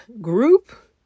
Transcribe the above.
group